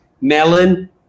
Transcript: melon